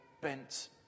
bent